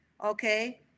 Okay